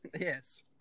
Yes